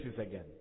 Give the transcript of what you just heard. again